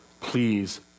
Please